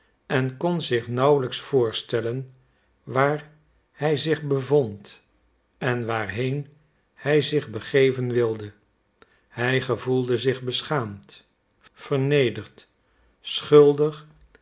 en kon zich nauwelijks voorstellen waar hij zich bevond en waarheen hij zich begeven wilde hij gevoelde zich beschaamd vernederd schuldig